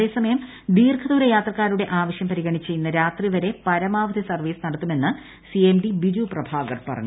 അതേസമയം ദീർഘദൂര യാത്രക്കാരുടെ ആവശ്യൂർ പ്പർിഗണിച്ച് ഇന്ന് രാത്രിവരെ പരമാവധി സർവ്വീസ് നടത്തുമെന്ന് ൻിഎംഡി ബിജുപ്രഭാകർ പറഞ്ഞു